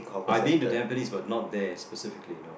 I've been to Tampines but not there specifically no